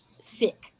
sick